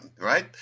right